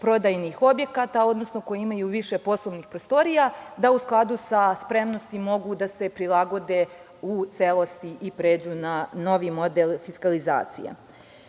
prodajnih objekata, odnosno koji imaju više poslovnih prostorija, da u skladu sa spremnosti mogu da se prilagode u celosti i pređu na novi model fiskalizacije. Time